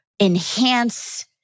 enhance